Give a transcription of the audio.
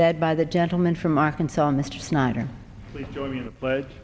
led by the gentleman from arkansas mr snyder